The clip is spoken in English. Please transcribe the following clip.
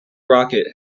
rocket